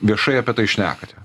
viešai apie tai šnekate